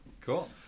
Cool